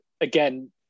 again